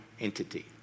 entity